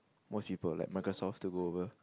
most people like Microsoft to go over